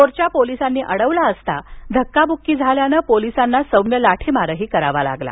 मोर्चा पोलीसांनी अडवला असता धक्काब्क्की झाल्यानं पोलीसांना सौम्य लाठीमारही करावा लागला